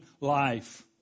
life